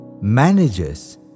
manages